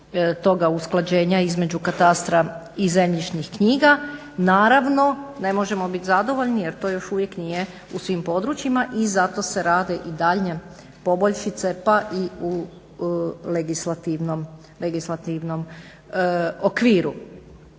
toga usklađenja između katastra i zemljišnih knjiga. Naravno, ne možemo bit zadovoljni jer to još uvijek nije u svim područjima i zato se rade i daljnje poboljšice pa i u legislativnom okviru.